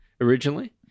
originally